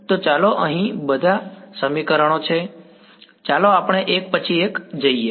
તો ચાલો અહીં ઘણા બધા સમીકરણો છે ચાલો આપણે એક પછી એક જઈએ